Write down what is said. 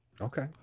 Okay